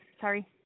sorry